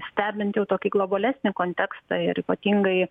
stebint jau tokį globalesnį kontekstą ir ypatingai